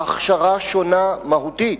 ההכשרה שונה מהותית.